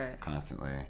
constantly